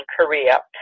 Korea